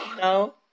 No